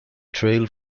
trail